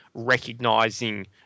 recognizing